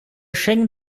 schengen